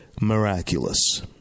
miraculous